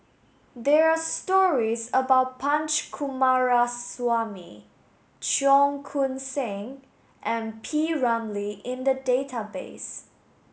there are stories about Punch Coomaraswamy Cheong Koon Seng and P Ramlee in the database